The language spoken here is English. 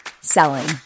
selling